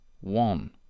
one